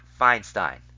Feinstein